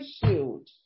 shield